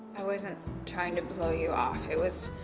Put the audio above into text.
i wasn't trying to blow you off. it was